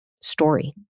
story